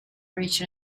reached